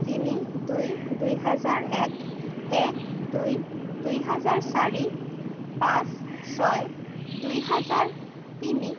তিনি দুই দুই হাজাৰ এক এক দুই দুই হাজাৰ চাৰি পাঁচ ছয় দুই হাজাৰ তিনি